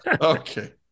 okay